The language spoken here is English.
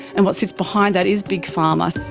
and what sits behind that is big pharma.